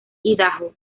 idaho